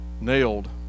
nailed